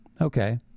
Okay